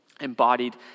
embodied